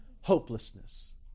hopelessness